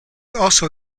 also